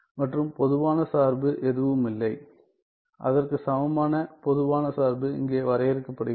மற்றும் பொதுவான சார்பு எதுவுமில்லை அதற்கு சமமான பொதுவான சார்பு இங்கே வரையறுக்கப்படுகிறது